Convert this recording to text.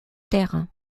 terres